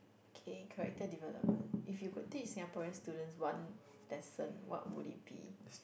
okay character development if you could teach Singaporean students one lesson what would it be